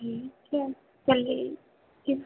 ठीक है चलिए किस